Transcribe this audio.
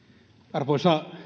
arvoisa